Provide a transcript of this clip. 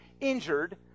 injured